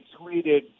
tweeted